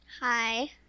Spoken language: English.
Hi